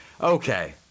Okay